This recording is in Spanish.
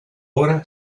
obra